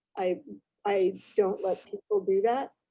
i i don't let people do that.